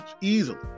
Easily